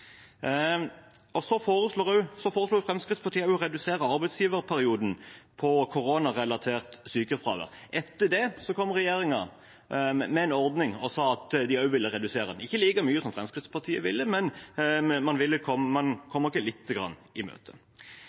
foreslo også å redusere arbeidsgiverperioden for koronarelatert sykefravær. Etter det kom regjeringen med en ordning og sa at man også ville redusere den – ikke like mye som Fremskrittspartiet ville, men man kom oss lite grann i møte.